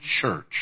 church